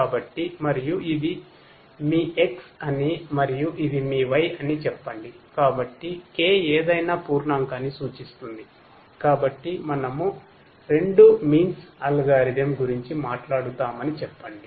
కాబట్టి మరియు ఇది మీ X అని మరియు ఇది మీ Y అని చెప్పండి